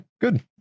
good